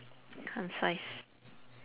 concise